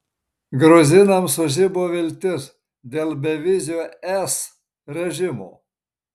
gruzinams sužibo viltis dėl bevizio es režimo